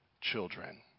children